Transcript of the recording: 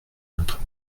notre